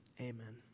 Amen